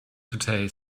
today